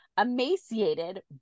emaciated